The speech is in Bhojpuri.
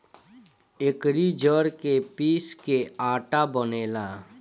एकरी जड़ के पीस के आटा बनेला